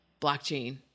blockchain